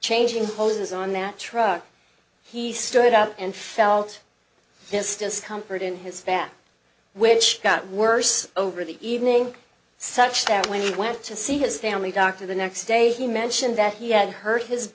changing hoses on that truck he stood up and felt just discomfort in his back which got worse over the evening such that when he went to see his family doctor the next day he mentioned that he had hurt his